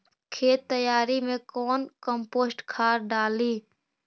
खेत तैयारी मे कौन कम्पोस्ट खाद डाली?